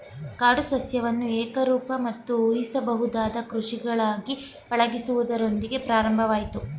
ಕಾಡು ಸಸ್ಯವನ್ನು ಏಕರೂಪ ಮತ್ತು ಊಹಿಸಬಹುದಾದ ಕೃಷಿಗಳಾಗಿ ಪಳಗಿಸುವುದರೊಂದಿಗೆ ಪ್ರಾರಂಭವಾಯ್ತು